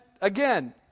again